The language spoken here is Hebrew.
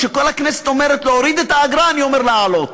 כשכל הכנסת אומרת להוריד את האגרה אני אומר להעלות.